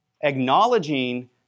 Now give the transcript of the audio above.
acknowledging